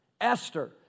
Esther